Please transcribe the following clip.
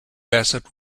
bassett